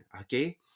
okay